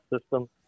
system